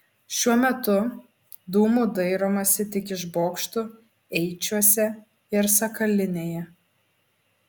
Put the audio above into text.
šiuo metu dūmų dairomasi tik iš bokštų eičiuose ir sakalinėje